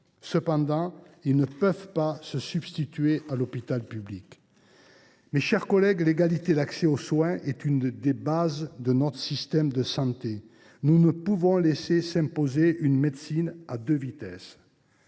Cependant, ils ne peuvent se substituer à l’hôpital public. Mes chers collègues, l’égalité d’accès aux soins est l’une des bases de notre système de santé. Nous ne pouvons laisser s’imposer une médecine à deux vitesses.